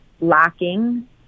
lacking